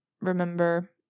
remember